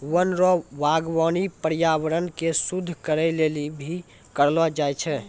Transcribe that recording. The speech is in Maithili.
वन रो वागबानी पर्यावरण के शुद्ध करै लेली भी करलो जाय छै